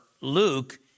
Luke